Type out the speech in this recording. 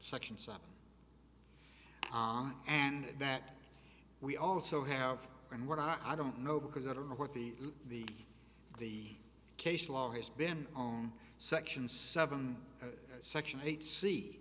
section seven and that we also have and what i don't know because i don't know what the the the case law has been on section seven section eight see